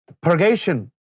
Purgation